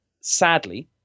sadly